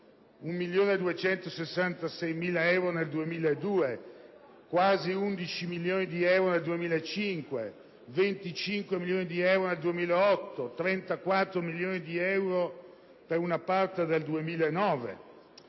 1.266.000 euro nel 2002, quasi 11 milioni di euro nel 2005, circa 25 milioni di euro nel 2008, 34 milioni di euro per una parte del 2009.